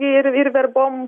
ir ir verbom